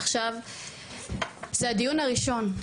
עכשיו זה הדיון הראשון,